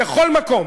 בכל מקום.